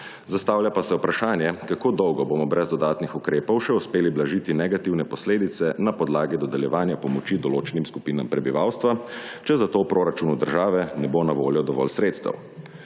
Zastavlja pa se vprašanje kako dolgo bomo brez dodatnih ukrepov še uspeli blažiti negativne posledice na podlagi dodeljevanja pomoči določenim skupinam prebivalstva, če zato v proračunu države ne bo na voljo dovolj sredstev.